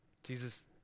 Jesus